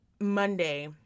Monday